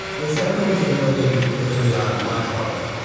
and sampling is a really, really large problem.